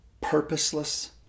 purposeless